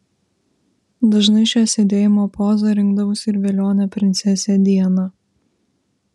dažnai šią sėdėjimo pozą rinkdavosi ir velionė princesė diana